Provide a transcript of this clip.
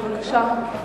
בבקשה.